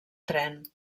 tren